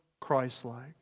Christ-like